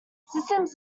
systems